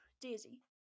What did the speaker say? Daisy